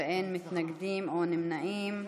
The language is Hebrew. אין מתנגדים או נמנעים.